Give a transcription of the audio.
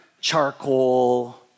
charcoal